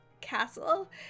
Castle